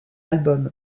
album